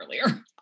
earlier